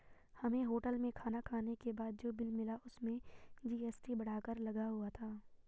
हमें होटल में खाना खाने के बाद जो बिल मिला उसमें जी.एस.टी बढ़ाकर लगाया हुआ था